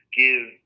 give